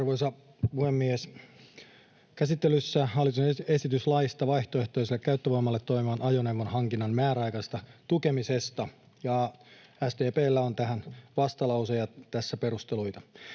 Arvoisa puhemies! Käsittelyssä on hallituksen esitys laista vaihtoehtoisella käyttövoimalla toimivan ajoneuvon hankinnan määräaikaisesta tukemisesta. SDP:llä on tähän vastalause, ja tässä perusteluita.